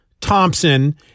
Thompson